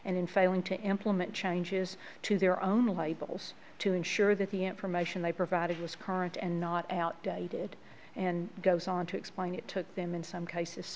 and in failing to implement changes to their own labels to ensure that the information they provided was current and not did and goes on to explain it to them in some cases